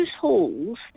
halls